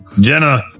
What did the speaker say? Jenna